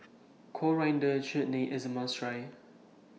Coriander Chutney IS A must Try